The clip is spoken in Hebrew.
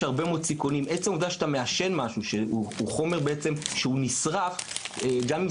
עצם העובדה שאתה מעשן חומר שנשרף גם אם